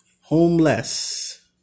Homeless